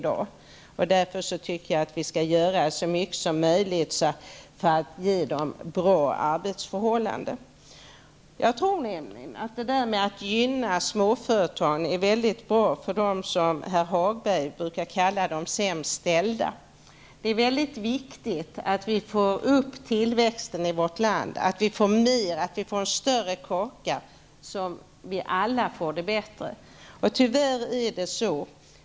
Därför tycker jag att vi skall göra så mycket som möjligt för att bereda företagen goda arbetsförhållanden. Om små företag gynnas tror jag nämligen att också dem gynnas som herr Hagberg brukar kalla för de sämst ställda. Det är mycket viktigt att vi medverkar till en ökad tillväxt i vårt land, att vi får en större kaka. Det handlar ju om att vi alla skall få det bättre.